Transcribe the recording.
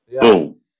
Boom